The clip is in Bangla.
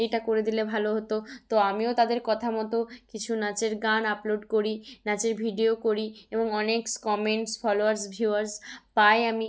এটা করে দিলে ভালো হতো তো আমিও তাদের কথা মতো কিছু নাচের গান আপলোড করি নাচের ভিডিও করি এবং অনেক কমেন্টস ফলোয়ার্স ভিউয়ার্স পাই আমি